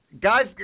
guys